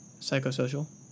psychosocial